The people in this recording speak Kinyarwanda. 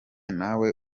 nawe